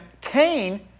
Cain